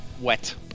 Wet